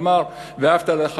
אמר: "ואהבת לרעך